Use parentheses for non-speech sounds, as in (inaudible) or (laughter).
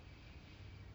(breath)